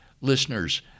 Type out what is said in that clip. listeners